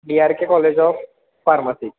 B R K college of pharmacy